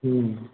हुँ